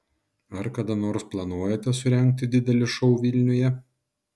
ar kada nors planuojate surengti didelį šou vilniuje